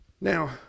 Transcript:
Now